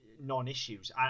non-issues